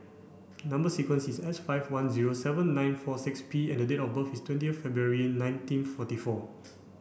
number sequence is S five one zero seven nine four six P and date of birth is twenty February nineteen forty four